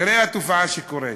תראה את התופעה שקורית: